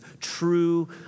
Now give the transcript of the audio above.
true